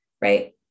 right